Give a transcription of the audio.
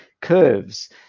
curves